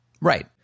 right